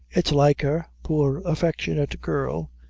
it's like her, poor affectionate girl,